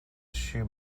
shoe